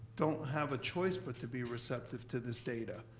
don't have a choice but to be receptive to this data.